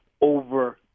over